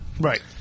right